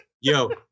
yo